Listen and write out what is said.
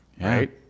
Right